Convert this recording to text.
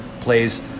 plays